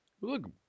look